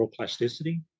neuroplasticity